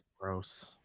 Gross